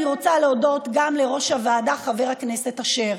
אני רוצה להודות גם ליושב-ראש הוועדה חבר הכנסת אשר.